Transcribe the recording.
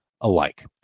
alike